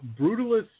brutalist